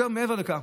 מעבר לכך,